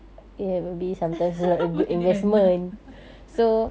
bela anak